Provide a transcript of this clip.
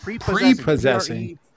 Prepossessing